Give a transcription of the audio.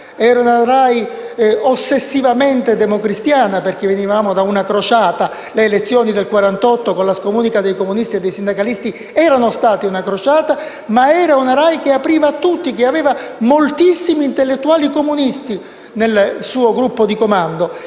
Era una RAI ossessivamente democristiana, perché venivamo da una crociata: le elezioni del 1948, con la scomunica dei comunisti e dei sindacalisti, erano state una crociata; era però una RAI che apriva a tutti, che aveva moltissimi intellettuali comunisti nel suo gruppo di comando.